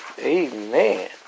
Amen